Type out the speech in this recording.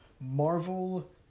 Marvel